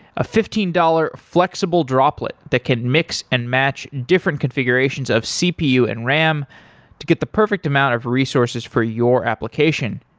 a fifteen dollars flexible droplet that can mix and match different configurations of cpu and ram to get the perfect amount of resources for your application.